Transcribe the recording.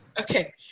Okay